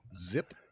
Zip